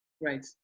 Right